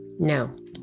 No